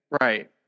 Right